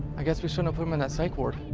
i guess we shouldn't put him in that psych ward.